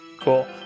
Cool